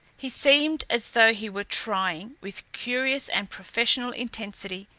he seemed as though he were trying, with curious and professional intensity,